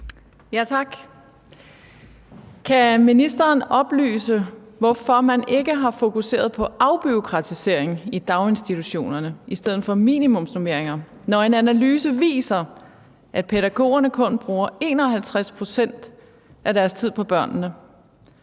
(KF): Kan ministeren oplyse, hvorfor man ikke har fokuseret på afbureaukratisering i daginstitutionerne i stedet for minimumsnormeringer, når en analyse viser, at pædagogerne kun bruger 51 pct. af deres tid på børnene,